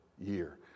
year